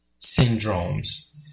syndromes